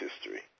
history